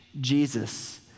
Jesus